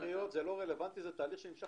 ערב בחירות זה לא רלוונטי כי זה תהליך שנמשך